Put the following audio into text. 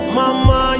mama